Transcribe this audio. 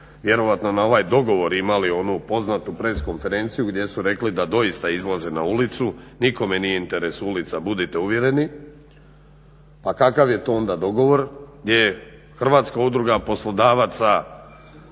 vjerojatno na ovaj dogovor imali onu poznatu press konferenciju gdje su rekli da doista izlaze na ulicu, nikome nije interes ulica, budite uvjereni. Pa kakav je to onda dogovor gdje je Hrvatska udruga poslodavaca